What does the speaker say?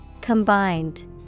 Combined